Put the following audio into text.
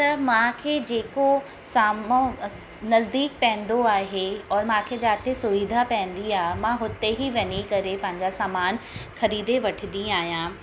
त मूंखे जेको सामिनो नज़दीक पवंदो आहे और मूंखे जाते सुविधा पवंदी आहे मां हुते ई वञी करे पंहिंजा सामान ख़रीदे वठंदी आहियां